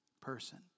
person